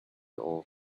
ore